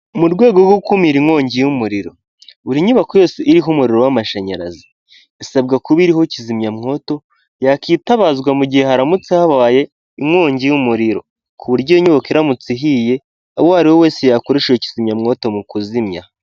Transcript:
Mu rwego rwo gukumira inkongi y'umuriro, buri nyubako yose iriho umuriro w'amashanyarazi isabwa kuba iriho kizimyamwoto yakitabazwa mu gihe haramutse habaye inkongi y'umuriro ku buryo iyo nyubako iramutse ihiye uwo ariwe we wese yakoresha iyo kizimyamwoto mu kuzimya.